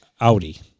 Audi